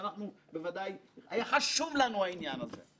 וכשנמצאו עברנו את הוויה דורולוזה של הבירוקרטיה הלא פשוטה של הכנסת.